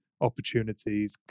opportunities